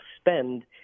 spend